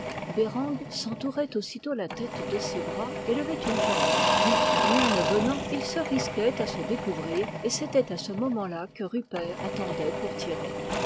bereng s'entourait aussitôt la tête de ses bras et levait une jambe puis rien ne venant il se risquait à se découvrir et c'était ce moment-là que rupert attendait pour tirer